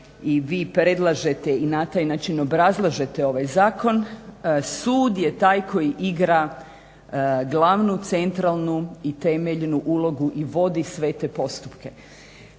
i vi predlažete i na taj način obrazlažete ovaj zakon sud je taj koji igra glavnu centralnu i temeljnu ulogu i vodi sve te postupke.